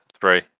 three